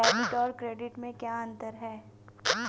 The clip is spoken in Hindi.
डेबिट और क्रेडिट में क्या अंतर है?